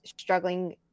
struggling